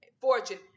fortune